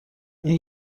این